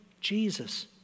Jesus